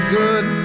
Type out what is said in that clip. good